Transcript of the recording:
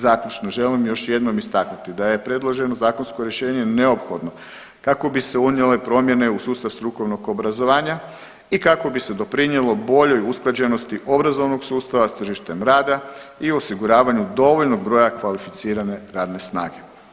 Zaključno želim još jednom istaknuti da je predloženo zakonsko rješenje neophodno kako bi se unijele promjene u sustav strukovnog obrazovanja i kako bi se doprinijelo boljoj usklađenosti obrazovnog sustava sa tržištem rada i osiguravanju dovoljnog broja kvalificirane radne snage.